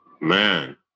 man